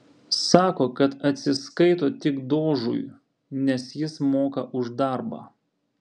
sako kad atsiskaito tik dožui nes jis moka už darbą